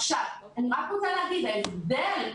עכשיו, אני רק רוצה להגיד, ההבדל,